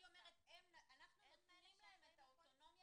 היא אומרת אנחנו נותנים להם את האוטונומיה